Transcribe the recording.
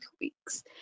weeks